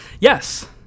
Yes